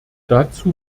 dazu